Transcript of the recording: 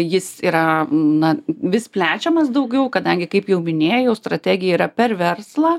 jis yra na vis plečiamas daugiau kadangi kaip jau minėjau strategija yra per verslą